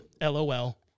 LOL